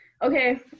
Okay